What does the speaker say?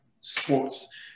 sports